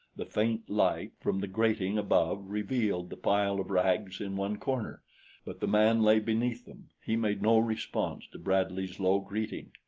the faint light from the grating above revealed the pile of rags in one corner but the man lay beneath them, he made no response to bradley's low greeting.